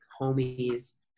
homies